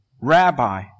Rabbi